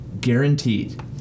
Guaranteed